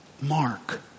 Mark